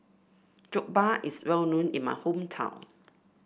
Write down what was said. Jokbal is well known in my hometown